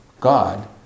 God